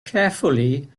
carefully